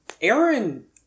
Aaron